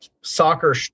soccer